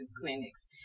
clinics